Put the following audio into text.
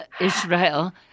Israel